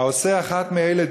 "העושה אחת מאלה,